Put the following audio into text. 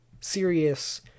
serious